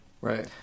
Right